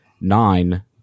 nine